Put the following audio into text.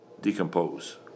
decompose